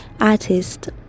artist